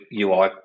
UI